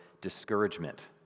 discouragement